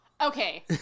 Okay